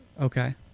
Okay